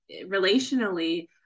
relationally